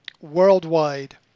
worldwide